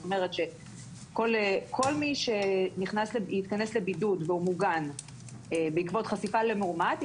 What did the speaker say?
זאת אומרת שכל מי שיכנס לבידוד בעקבות חשיפה למאומת והוא מוגן,